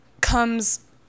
comes